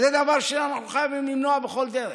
זה דבר שאנחנו חייבים למנוע בכל דרך.